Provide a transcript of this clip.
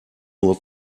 nur